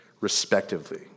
respectively